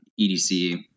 EDC